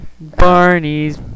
Barney's